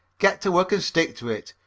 get to work and stick to it.